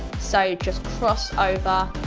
so just cross-over.